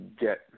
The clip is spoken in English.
get